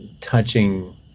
touching